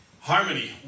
Harmony